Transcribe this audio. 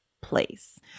place